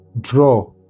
draw